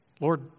Lord